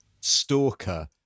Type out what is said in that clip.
stalker